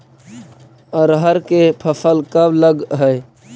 अरहर के फसल कब लग है?